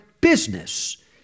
business